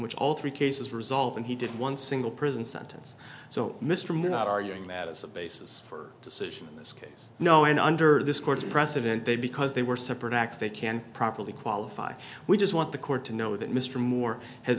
which all three cases result and he did one single prison sentence so mr i'm not arguing that as a basis for decision in this case no and under this court's precedent they because they were separate acts they can properly qualify we just want the court to know that mr moore